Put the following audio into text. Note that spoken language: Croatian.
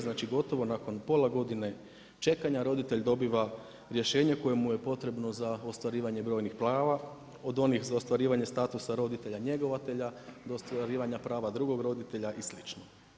Znači, gotovo nakon pola godine čekanja roditelj dobiva rješenje koje mu je potrebno za ostvarivanje brojnih prava od onih za ostvarivanje statusa roditelja njegovatelja do ostvarivanja prava drugog roditelja i slično.